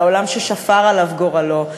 לעולם ששפר עליו גורלו,